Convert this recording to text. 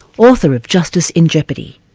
author of justice in jeopardy.